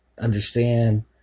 understand